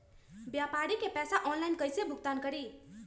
व्यापारी के पैसा ऑनलाइन कईसे भुगतान करी?